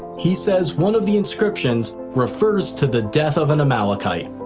he says one of the inscriptions refers to the death of an amalekite.